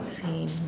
same